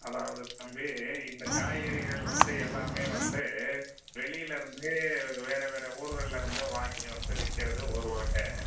அதாவது தம்பி இந்த காய்கறிகள் வந்து எல்லாமே வந்து வெளியில் இருந்து வேறு வேறு ஊர்கள்லருந்து வாங்கிட்டு வந்து விற்கிறது ஒரு வகை